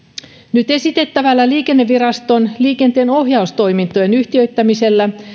nyt esitettävällä liikenneviraston liikenteenohjaustoimintojen yhtiöittämisellä